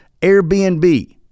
Airbnb